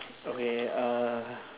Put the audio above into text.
okay uh